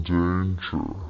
danger